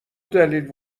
دلیل